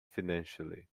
financially